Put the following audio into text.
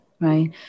right